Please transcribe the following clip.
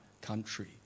country